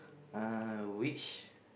uh which